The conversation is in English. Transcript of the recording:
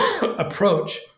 approach